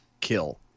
kill